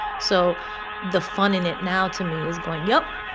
so the fun in it now, to me, is going, yup,